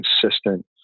consistent